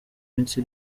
minsi